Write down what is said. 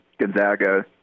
Gonzaga